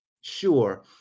sure